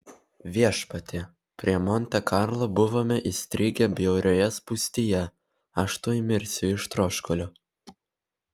viešpatie prie monte karlo buvome įstrigę bjaurioje spūstyje aš tuoj mirsiu iš troškulio